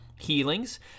healings